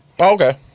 Okay